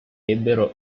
ebbero